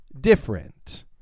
different